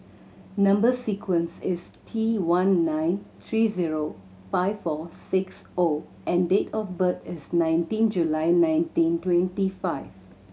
number sequence is T one nine three zero five four six O and date of birth is nineteen July nineteen twenty five